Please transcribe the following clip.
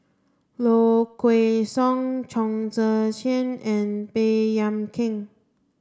Low Kway Song Chong Tze Chien and Baey Yam Keng